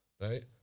right